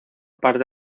parte